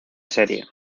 serie